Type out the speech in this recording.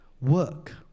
work